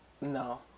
no